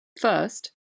First